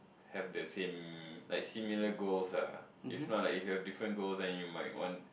have the same like similar goals ah if not like you have different goals then you might want